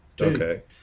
Okay